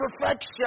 perfection